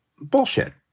bullshit